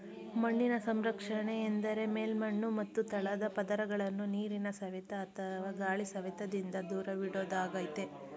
ಮಣ್ಣಿನ ಸಂರಕ್ಷಣೆ ಎಂದರೆ ಮೇಲ್ಮಣ್ಣು ಮತ್ತು ತಳದ ಪದರಗಳನ್ನು ನೀರಿನ ಸವೆತ ಅಥವಾ ಗಾಳಿ ಸವೆತದಿಂದ ದೂರವಿಡೋದಾಗಯ್ತೆ